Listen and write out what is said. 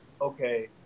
okay